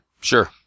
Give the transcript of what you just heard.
Sure